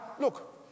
look